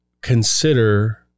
consider